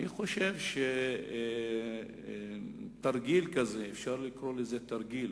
אני חושב שתרגיל כזה, אפשר לקרוא לזה תרגיל